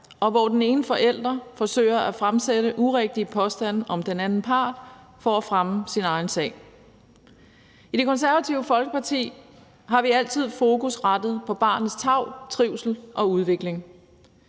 og hvor den ene forælder forsøger at fremsætte urigtige påstande om den anden part for at fremme sin egen sag. I Det Konservative Folkeparti har vi altid fokus rettet på barnets tarv, trivsel og udvikling.